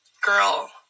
Girl